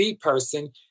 person